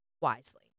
wisely